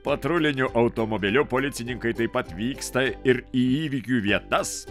patruliniu automobiliu policininkai taip pat vyksta ir į įvykių vietas